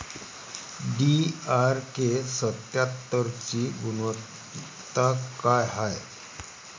DRK सत्यात्तरची गुनवत्ता काय हाय?